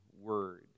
word